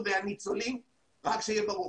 שיהיה ברור,